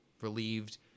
relieved